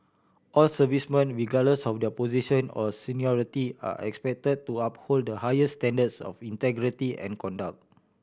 all servicemen regardless of their position or seniority are expected to uphold the highest standards of integrity and conduct